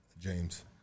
James